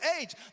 age